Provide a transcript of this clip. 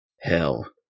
Hell